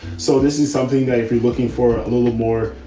so this is something that if you're looking for a little more.